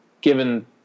given